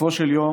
בסופו של יום